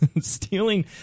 stealing